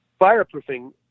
fireproofing